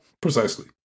Precisely